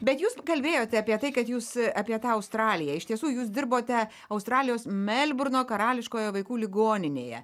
bet jūs kalbėjote apie tai kad jūs apie tą australiją iš tiesų jūs dirbote australijos melburno karališkoje vaikų ligoninėje